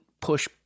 push